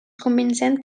convincent